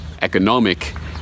economic